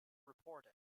reported